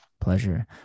pleasure